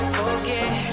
forget